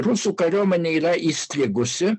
rusų kariuomenė yra įstrigusi